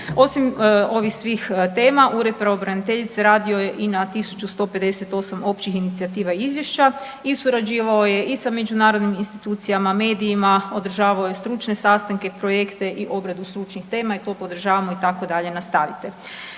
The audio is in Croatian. Osim ovih svih tema Ured pravobraniteljice radio je i na tisuću 158 općih inicijativa izvješća i surađivao je i sa međunarodnim institucijama, medijima, održavao je stručne sastanke, projekte i obradu stručnih tema i to podržavamo i tako dalje nastavite.